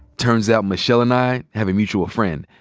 turns out michelle and i have a mutual friend,